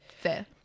Fair